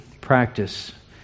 practice